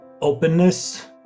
Openness